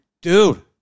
dude